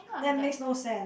that makes no sense